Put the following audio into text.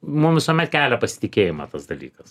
mum visuomet kelia pasitikėjimą tas dalykas